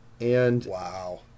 Wow